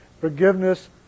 Forgiveness